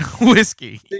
whiskey